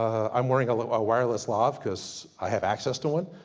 i'm wearing like a wireless lav cause i have access to one.